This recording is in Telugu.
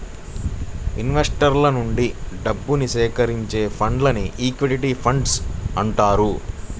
ఇన్వెస్టర్ల నుంచి డబ్బుని సేకరించే ఫండ్స్ను ఈక్విటీ ఫండ్స్ అంటారు